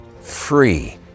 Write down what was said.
free